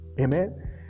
Amen